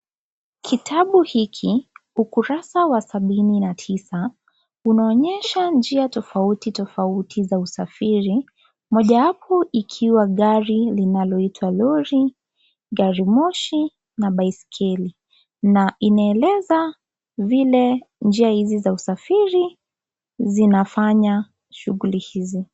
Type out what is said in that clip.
Kitabu hiki, ukurasa wa sabini na tisa unaonyesha njia tofauti tofauti za usafiri, mojawapo ikiwa gari linaloitwa lori, garimoshi na baiskeli na inaeleza vile njia hizi za usafiri zinafanya shughuli hizi.